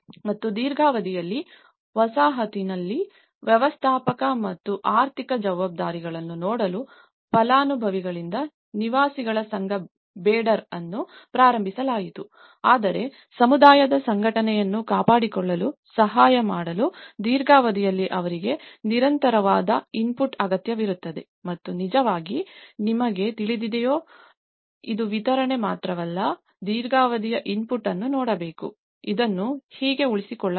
ಮತ್ತು ದೀರ್ಘಾವಧಿಯಲ್ಲಿ ವಸಾಹತಿನ ವ್ಯವಸ್ಥಾಪಕ ಮತ್ತು ಆರ್ಥಿಕ ಜವಾಬ್ದಾರಿಗಳನ್ನು ನೋಡಲು ಫಲಾನುಭವಿಗಳಿಂದ ನಿವಾಸಿಗಳ ಸಂಘ ಬೇಡರ್ ಅನ್ನು ಪ್ರಾರಂಭಿಸಲಾಯಿತು ಆದರೆ ಸಮುದಾಯದ ಸಂಘಟನೆಯನ್ನು ಕಾಪಾಡಿಕೊಳ್ಳಲು ಸಹಾಯ ಮಾಡಲು ದೀರ್ಘಾವಧಿಯಲ್ಲಿ ಅವರಿಗೆ ನಿರಂತರವಾದ ಇನ್ಪುಟ್ ಅಗತ್ಯವಿರುತ್ತದೆ ಮತ್ತು ನಿಜವಾಗಿ ನಿಮಗೆ ತಿಳಿದಿದೆಯೇ ಇದು ವಿತರಣೆ ಮಾತ್ರವಲ್ಲ ದೀರ್ಘಾವಧಿಯ ಇನ್ಪುಟ್ ಅನ್ನು ನೋಡಬೇಕು ಇದನ್ನು ಹೀಗೆ ಉಳಿಸಿಕೊಳ್ಳಬಹುದು